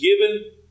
given